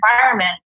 environment